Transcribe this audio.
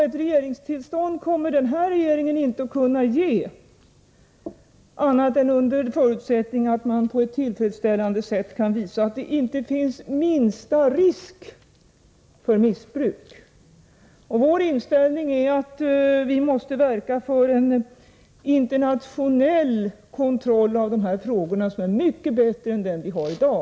Ett regeringstillstånd kommer den här regeringen inte att kunna ge, annat än under förutsättning att man på ett tillfredsställande sätt kan visa att det inte finns minsta risk för missbruk. Vår inställning är att vi måste verka för en internationell kontroll av de här frågorna som är mycket bättre än den vi har i dag.